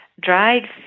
dried